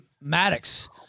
Maddox